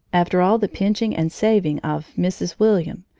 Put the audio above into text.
after all the pinching and saving of mrs. william,